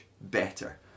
better